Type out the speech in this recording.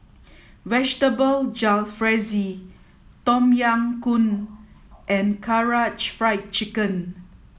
Vegetable Jalfrezi Tom Yam Goong and Karaage Fried Chicken